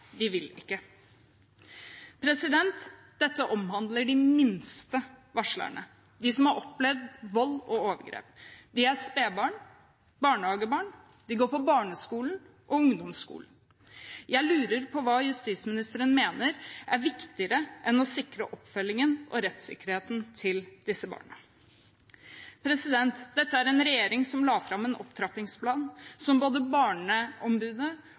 de vil ikke. Dette omhandler de minste varslerne, de som har opplevd vold og overgrep: spebarn, barnehagebarn, barn som går på barneskolen, og barn som går på ungdomsskolen. Jeg lurer på hva justisministeren mener er viktigere enn å sikre oppfølgingen av og rettssikkerheten til disse barna. Dette er en regjering som la fram en opptrappingsplan som både Barneombudet